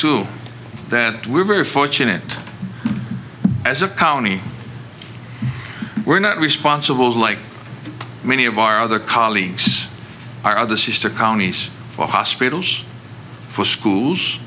too that we're very fortunate as a colony we're not responsible like many of our other colleagues are the sister counties for hospitals for schools